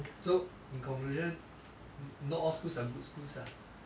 so in conclusion not all schools are good schools ah